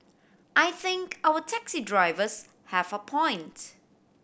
I think our taxi drivers have a point